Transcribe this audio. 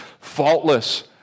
faultless